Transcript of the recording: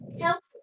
help